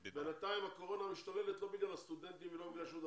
בינתיים הקורונה משתוללת לא בגלל הסטודנטים ולא בגלל שום דבר,